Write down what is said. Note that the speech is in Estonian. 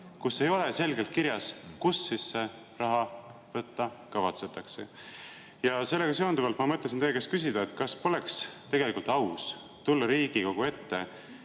kus ei ole selgelt kirjas, kust raha võtta kavatsetakse? Sellega seonduvalt ma mõtlesin teie käest küsida, kas poleks tegelikult aus tulla Riigikogu ette